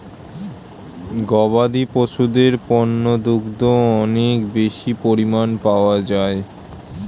গবাদি পশুদের পণ্য দুগ্ধ অনেক বেশি পরিমাণ পাওয়া যায়